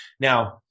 Now